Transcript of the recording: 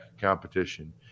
competition